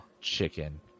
chicken